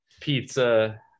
pizza